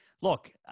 look